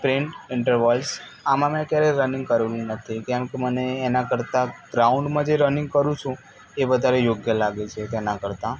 sprain ઈન્ટર વોઈસ આમાં મેં ક્યારેય રનીંગ કર્યું નથી કેમ કે મને એના કરતાં ગ્રાઉન્ડમાં જે રનીંગ કરું છું એ વધારે યોગ્ય લાગે છે તેના કરતાં